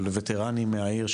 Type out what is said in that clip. של ווטרנים מהעיר,